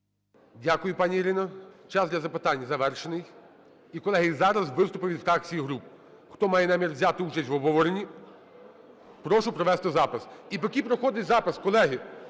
Дякую, пані Ірино. Час для запитань завершений. І, колеги, зараз виступи від фракцій і груп. Хто має намір взяти участь в обговоренні, прошу провести запис. І поки проходить запис, колеги,